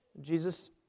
Jesus